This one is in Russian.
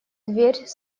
дверь